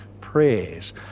prayers